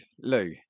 Lou